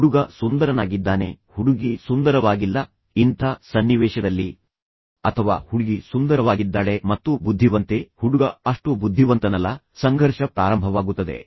ಹುಡುಗ ಸುಂದರನಾಗಿದ್ದಾನೆ ಆದರೆ ಹುಡುಗಿ ಸುಂದರವಾಗಿಲ್ಲ ಇಂಥ ಸನ್ನಿವೇಶದಲ್ಲಿ ಈಗ ಸಂಘರ್ಷ ಪ್ರಾರಂಭವಾಗುತ್ತದೆ ಅಥವಾ ಹುಡುಗಿ ಸುಂದರವಾಗಿದ್ದಾಳೆ ಮತ್ತು ಬುದ್ಧಿವಂತೆ ಹುಡುಗ ಅಷ್ಟು ಬುದ್ಧಿವಂತನಲ್ಲ ಸಂಘರ್ಷ ಮತ್ತೆ ಪ್ರಾರಂಭವಾಗುತ್ತದೆ